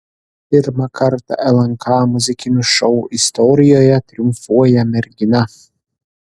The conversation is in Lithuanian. pirmą kartą lnk muzikinių šou istorijoje triumfuoja mergina